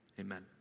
Amen